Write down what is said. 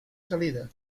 salida